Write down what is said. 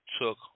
took